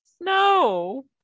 No